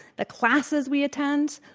the classes we attend.